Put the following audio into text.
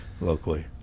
locally